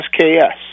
SKS